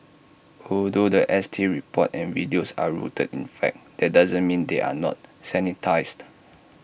although The S T report and videos are rooted in fact that doesn't mean they are not sanitised